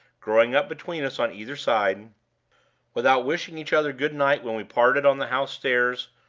growing up between us on either side without wishing each other good-night when we parted on the house stairs,